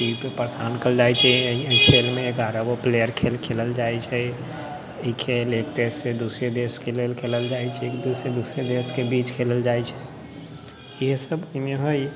T B पर प्रसारण कएल जाइ छै एहि खेलमे एगारह गो प्लेयर खेल खेलल जाइ छै एहि खेल एक तरहसँ दोसरे देशके लेल खेलल जाइ छै दोसरे देशके बीच खेलल जाइ छै इएहसब एहिमे हइ